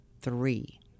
three